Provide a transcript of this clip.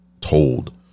told